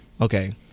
Okay